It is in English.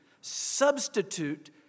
substitute